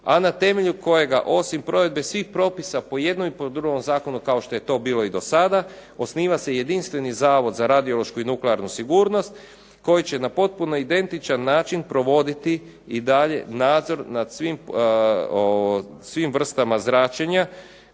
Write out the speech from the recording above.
a na temelju kojega osim provedbe svih propisa po jednom i po drugom zakonu, kao što je to bilo i do sada, osniva se jedinstveni Zavod za radiološku i nuklearnu sigurnost koji će na potpuno identičan način provoditi i dalje nadzor nad svim vrstama zračenja